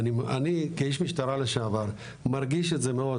אני כאיש משטרה לשעבר מרגיש את זה מאוד.